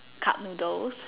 cup noodles